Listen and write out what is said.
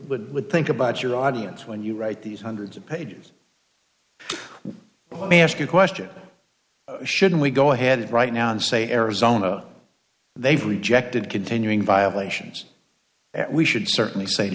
wouldn't would think about your audience when you write these hundreds of pages let me ask you a question should we go ahead right now and say arizona they've rejected continuing violations we should certainly say